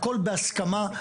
הכול בהסכמה,